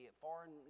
Foreign